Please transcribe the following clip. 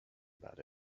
about